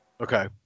Okay